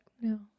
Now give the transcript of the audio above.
No